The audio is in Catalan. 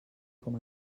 com